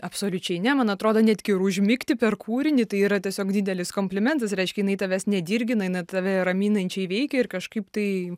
absoliučiai ne man atrodo netgi ir užmigti per kūrinį tai yra tiesiog didelis komplimentas reiškia jinai tavęs nedirgina jinai tave raminančiai veikia ir kažkaip tai